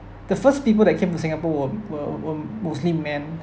the first people that came to singapore were were were mostly men